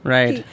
Right